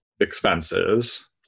expenses